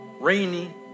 rainy